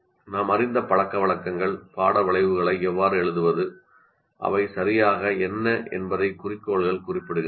நாம் அறிந்த பழக்கவழக்கங்கள் பாட விளைவுகளை எவ்வாறு எழுதுவது அவை சரியாக என்ன என்பதை குறிக்கோள்கள் குறிப்பிடுகின்றன